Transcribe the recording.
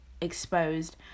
exposed